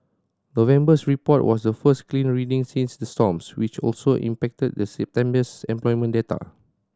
November's report was the first clean reading since the storms which also impacted September's employment data